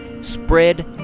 spread